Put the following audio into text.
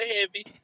heavy